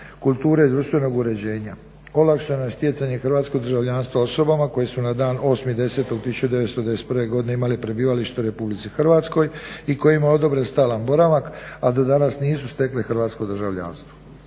kulture društvenog uređenja, olakšano je stjecanje hrvatskog državljanstva osobama koje su na dan 8.10.1991.godine imali prebivalište u RH i kojima je odobren stalan boravak, a do danas nisu stekle hrvatsko državljanstvo.